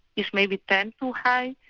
is maybe ten too high,